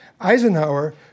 Eisenhower